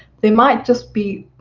they might just be